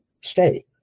stay